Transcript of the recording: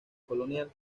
colonial